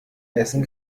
essen